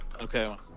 Okay